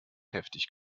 heftig